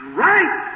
right